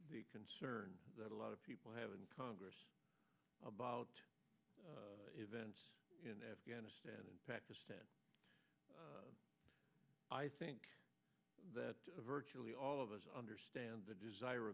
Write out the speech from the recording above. the concern that a lot of people have in congress about events in afghanistan and pakistan i think that virtually all of us understand the desir